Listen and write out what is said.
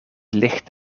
licht